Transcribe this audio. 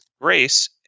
Grace